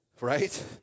Right